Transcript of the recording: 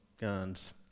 guns